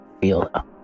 feel